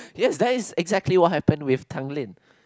ya that's exactly what happen with Tanglin